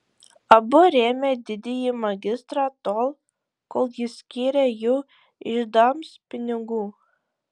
abu rėmė didįjį magistrą tol kol jis skyrė jų iždams pinigų